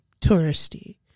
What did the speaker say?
touristy